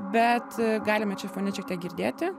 bet galime čia fone šiek tiek girdėti